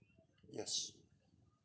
yes